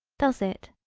does it.